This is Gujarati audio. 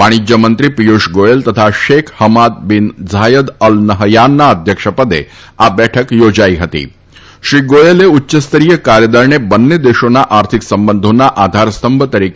વાણિજ્યમંત્રી પિયુષ ગોથલ તથા Sheikh Hamad bin Zayed Al નહયાનના અધ્યક્ષપદે આ બેઠક યોજાઈ હતી શ્રી ગોયલે ઉચ્યસ્તરીય કાર્યદળને બંને દેશોના આર્થિક સંબંધોના આધારસ્તંભ તરીકે